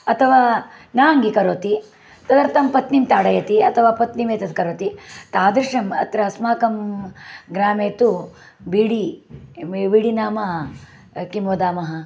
अथवा न अङ्गीकरोति तदर्थं पत्नीं ताडयति अथवा पत्नीम् एतत् करोति तादृशम् अत्र अस्माकं ग्रामे तु बीडि बीडि नाम किं वदामः